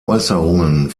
äußerungen